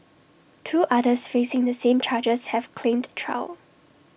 two others facing the same charges have claimed trial